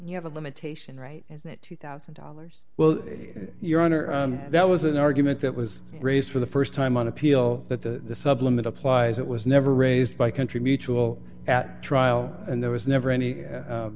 you have a limitation right is that two thousand dollars well your honor that was an argument that was raised for the st time on appeal that the supplement applies it was never raised by country mutual at trial and there was never any